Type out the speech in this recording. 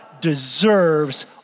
deserves